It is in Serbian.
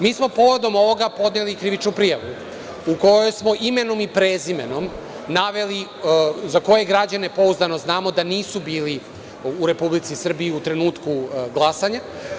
Mi smo povodom ovoga podneli krivičnu prijavu u kojoj smo imenom i prezimenom naveli za koje građane pouzdano znamo da nisu bili u Republici Srbiji u trenutku glasanja.